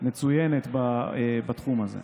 מצוינת בתחום הזה.